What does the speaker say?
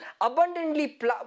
abundantly